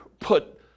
put